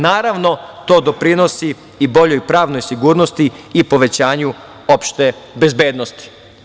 Naravno, to doprinosi i boljoj pravnoj sigurnosti i povećanju opšte bezbednosti.